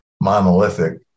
monolithic